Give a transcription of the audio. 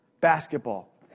basketball